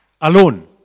alone